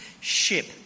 ship